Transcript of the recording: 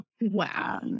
Wow